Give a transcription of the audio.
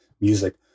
music